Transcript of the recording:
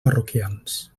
parroquians